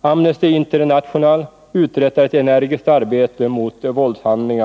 Amnesty International uträttar ett energiskt arbete mot våldshandlingar.